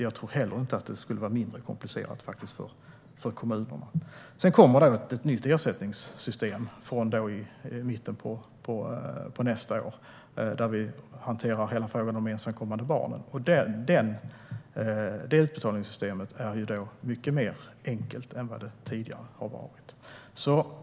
Jag tror heller inte att det skulle vara mindre komplicerat för kommunerna. Det kommer ett nytt ersättningssystem från mitten av nästa år, där vi hanterar frågan om ensamkommande barn. Det utbetalningssystemet är mycket enklare än vad det tidigare har varit.